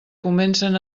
comencen